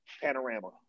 panorama